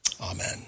Amen